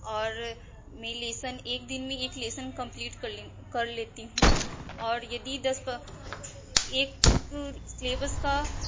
और मैं लेसन एक दिन में एक लेसन कम्प्लीट कर लिंग कर लेती हूँ और यदि दस प एक स्लैबस का